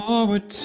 Forward